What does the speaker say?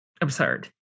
absurd